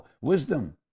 wisdom